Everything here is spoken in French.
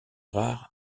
rare